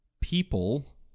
people